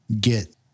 get